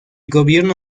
gobierno